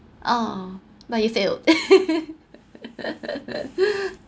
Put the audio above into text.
oh but you fail